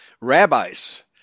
rabbis